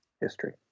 history